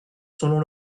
selon